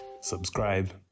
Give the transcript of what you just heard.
subscribe